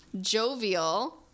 Jovial